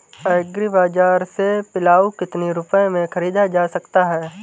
Agree बाजार से पिलाऊ कितनी रुपये में ख़रीदा जा सकता है?